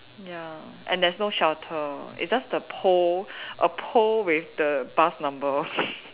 ya and there's no shelter it's just the pole a pole with the bus number